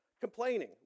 Complaining